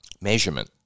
measurement